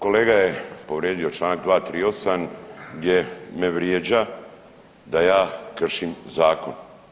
Kolega je povrijedio čl. 238. gdje me vrijeđa da ja kršim zakon.